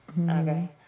Okay